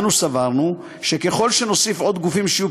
אנו סברנו שככל שנוסיף עוד גופים שיהיו